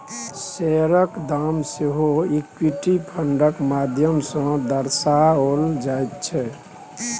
शेयरक दाम सेहो इक्विटी फंडक माध्यम सँ दर्शाओल जाइत छै